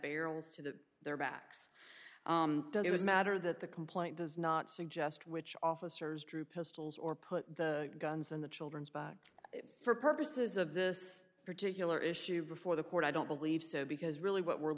barrels to their backs it was a matter that the complaint does not suggest which officers drew pistols or put the guns on the children for purposes of this particular issue before the court i don't believe so because really what we're